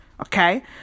okay